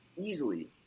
easily